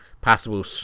Passable